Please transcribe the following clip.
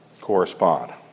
correspond